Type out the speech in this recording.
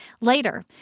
Later